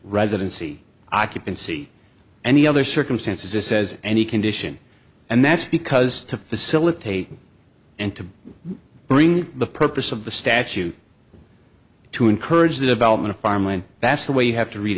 residency occupancy any other circumstances it says any condition and that's because to facilitate and to bring the purpose of the statute to encourage the development of farmland that's the way you have to read